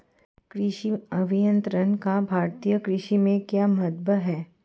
कृषि अभियंत्रण का भारतीय कृषि में क्या महत्व है?